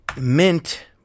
Mint